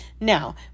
now